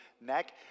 neck